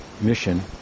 mission